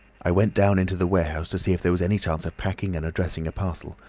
i went down into the warehouse to see if there was any chance of packing and addressing a parcel,